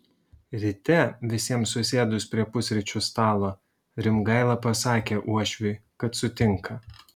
ryte visiems susėdus prie pusryčių stalo rimgaila pasakė uošviui kad sutinka